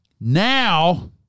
Now